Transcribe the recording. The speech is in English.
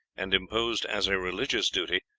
and imposed as a religious duty,